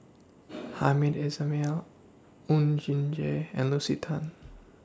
Hamed Ismail Oon Jin Gee and Lucy Tan